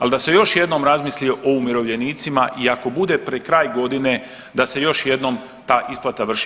Ali da se još jednom razmisli o umirovljenicima i ako bude pred kraj godine da se još jednom ta isplata vrši.